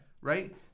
Right